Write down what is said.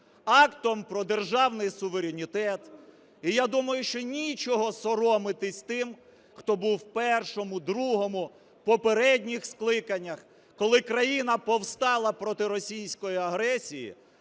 Актом про державний суверенітет. І я думаю, що нічого соромитись тим, хто був в першому, другому, попередніх скликаннях, коли країна повстала проти російської агресії,